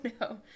no